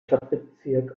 stadtbezirk